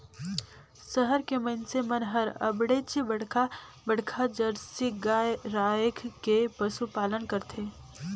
सहर के मइनसे मन हर अबड़ेच बड़खा बड़खा जरसी गाय रायख के पसुपालन करथे